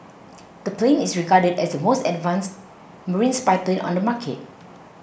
the plane is regarded as the most advanced marine spy plane on the market